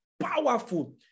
Powerful